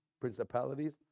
principalities